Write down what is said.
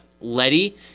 Letty